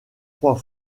trois